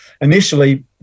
initially